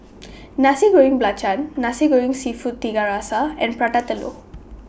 Nasi Goreng Belacan Nasi Goreng Seafood Tiga Rasa and Prata Telur